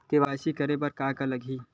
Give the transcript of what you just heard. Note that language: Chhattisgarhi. के.वाई.सी करे बर का का लगही?